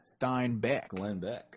Steinbeck